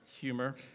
humor